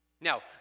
Now